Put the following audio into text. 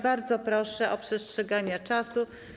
Bardzo proszę o przestrzeganie czasu.